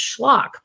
schlock